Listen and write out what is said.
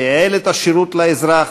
תייעל את השירות לאזרח,